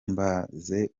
mbaze